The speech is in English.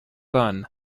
bun